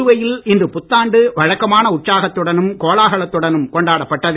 புதுவையில் இன்று புத்தாண்டு வழக்கமான உற்சாகத்துடனும் கோலாகலத்துடனும் கொண்டாடப்பட்டது